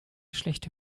schlechte